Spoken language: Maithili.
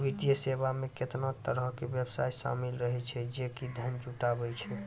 वित्तीय सेवा मे केतना तरहो के व्यवसाय शामिल रहै छै जे कि धन जुटाबै छै